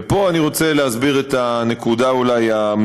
ופה אני רוצה להסביר את הנקודה המרכזית,